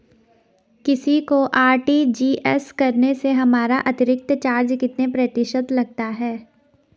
किसी को आर.टी.जी.एस करने से हमारा अतिरिक्त चार्ज कितने प्रतिशत लगता है?